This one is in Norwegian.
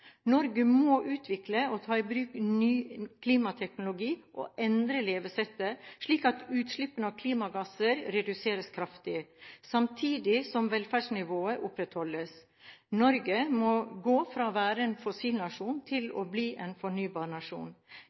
Norge må utvikle og ta i bruk ny klimateknologi og endre levesettet, slik at utslippene av klimagasser reduseres kraftig, samtidig som velferdsnivået opprettholdes. Norge må gå fra å være en fossilnasjon til å bli en